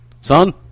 Son